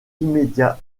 immédiat